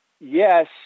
yes